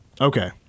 Okay